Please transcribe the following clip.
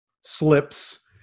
slips